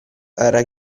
era